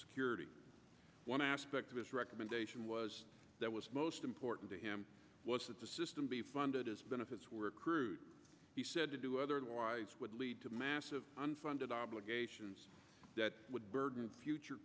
security one aspect of his recommendation was that was most important to him was that the system be funded as benefits were accrued he said to do otherwise would lead to massive unfunded obligations that would burden future